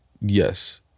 Yes